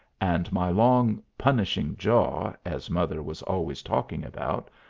and my long punishing jaw, as mother was always talking about,